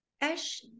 Ash